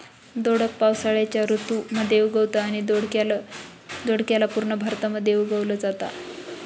दोडक पावसाळ्याच्या ऋतू मध्ये उगवतं आणि दोडक्याला पूर्ण भारतामध्ये उगवल जाता